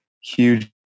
huge